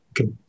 Okay